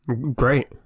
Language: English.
Great